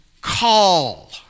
call